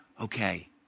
okay